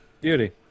Beauty